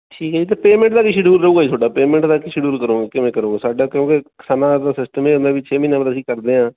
ਠੀਕ ਹੈ ਜੀ ਅਤੇ ਪੇਮੈਂਟ ਦਾ ਵੀ ਸ਼ਡਿਊਲ ਰਹੁੰਗਾ ਜੀ ਤੁਹਾਡਾ ਪੇਮੈਂਟ ਦੀ ਕੀ ਸ਼ਡਿਊਲ ਕਰੋਗੇ ਕਿਵੇਂ ਕਰੋਗੇ ਸਾਡਾ ਕਿਉਂਕਿ ਸਮਾਂ ਮਤਲਬ ਸਿਸਟਮ ਇਹ ਹੁੰਦਾ ਵੀ ਛੇ ਮਹੀਨਿਆਂ ਬਾਅਦ ਅਸੀਂ ਕਰਦੇ ਹਾਂ